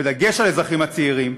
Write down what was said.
בדגש על האזרחים הצעירים,